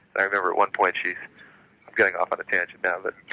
and i remember at one point she, i'm getting off on a tangent now but